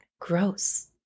Gross